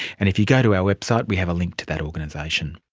and if you go to our website we have a link to that organisation